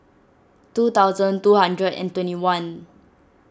two thousand two hundred and twenty one